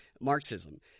Marxism